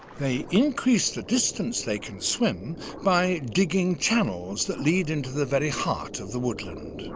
they increase the distance they can swim by digging channels that lead into the very heart of the woodland.